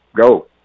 go